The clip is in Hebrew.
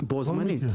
בו זמנית.